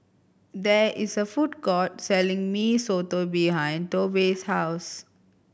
there is a food court selling Mee Soto behind Tobe's house